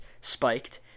spiked